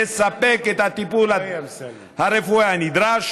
לספק את הטיפול הרפואי הנדרש